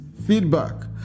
Feedback